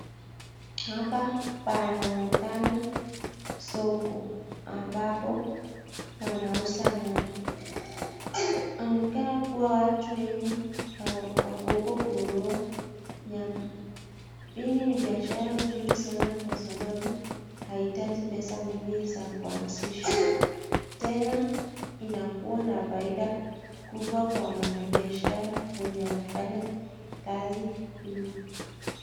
Hapa panaonekana soko ambapo wanauza nyama. Inaonekana kua watu wengi wako huko kununua nyama. Hili ni biashara mzuri sanaa kwa sababu haihitaji pesa nyingi za kuanzisha. Tena inakua na faida kubwa kwa mwanabiashara mwenye anafanya kazi hili.